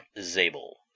Zabel